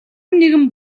нэгэн